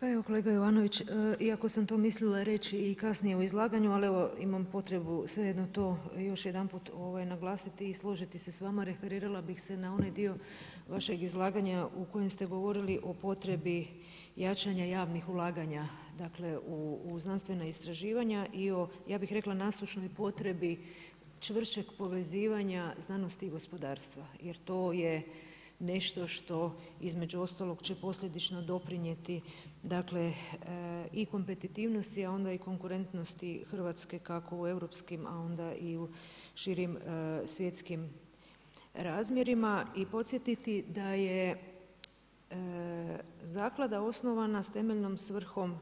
Pa evo kolega Jovanović iako sam to mislila reći i kasnije u izlaganju, ali evo imam potrebu svejedno to još jedanput naglasiti i složiti se s vama, referirala bi se na onaj dio vašeg izlaganja u kojem ste govorili o potrebi jačanja javnih ulaganja dakle u znanstvena istraživanja i o ja bih rekla nasušnoj potrebi čvršćeg povezivanja znanosti i gospodarstva jer to je nešto što između ostalog će posljedično doprinijeti i kompetitivnosti a onda i konkurentnosti Hrvatske kako u europskim a onda i u širim svjetskim razmjerima i podsjetiti da je zaklada osnovana s temeljnom svrhom